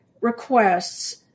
requests